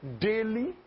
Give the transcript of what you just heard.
daily